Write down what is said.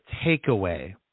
takeaway